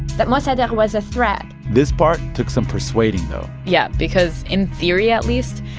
that mossadegh was a threat this part took some persuading, though yeah, because in theory, at least,